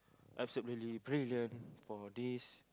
absolutely brilliant for this